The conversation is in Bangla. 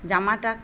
জামাটা